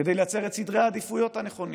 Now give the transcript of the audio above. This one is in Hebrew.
כדי לייצר את סדרי העדיפויות הנכונים,